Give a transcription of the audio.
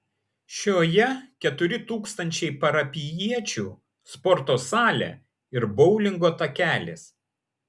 šioje keturi tūkstančiai parapijiečių sporto salė ir boulingo takelis